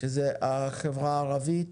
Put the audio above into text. שזאת החברה הערבית